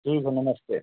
ठीक है नमस्ते